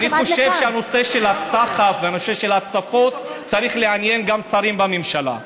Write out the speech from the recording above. אני חושב שהנושא של הסחף והנושא של ההצפות צריך לעניין גם שרים בממשלה,